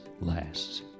lasts